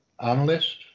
analyst